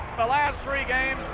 the last three games,